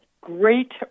great